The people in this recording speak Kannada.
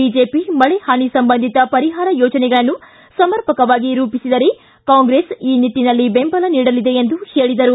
ಬಿಜೆಪಿ ಮಳೆ ಪಾನಿ ಸಂಬಂಧಿತ ಪರಿಹಾರ ಯೋಜನೆಗಳನ್ನು ಸಮರ್ಪಕವಾಗಿ ರೂಪಿಸಿದರೆ ಕಾಂಗ್ರೆಸ್ ಈ ನಿಟ್ಟಿನಲ್ಲಿ ಬೆಂಬಲ ನೀಡಲಿದೆ ಎಂದು ಹೇಳಿದರು